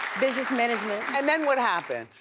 business management. and then what happened?